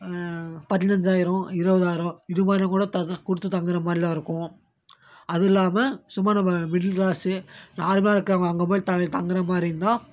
பதினஞ்சாயிரம் இருபதாயிரம் இதுமாதிரிலாம் கூட தங்க கொடுத்து தங்குகிற மாதிரிலாம் இருக்கும் அதுவும் இல்லாமல் சும்மா நம்ம மிடில் க்ளாஸ்ஸு நார்மலாக இருக்கறவங்க அங்கே போய் தங்குகிற மாதிரி இருந்தால்